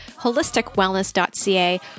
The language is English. holisticwellness.ca